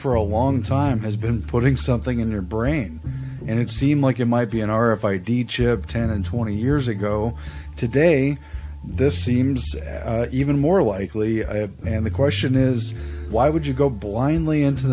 for a long time has been putting something in their brain and it seems like it might be an hour if i d chip ten and twenty years ago today this seems even more likely and the question is why would you go blindly into